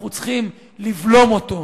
אנחנו צריכים לבלום אותו.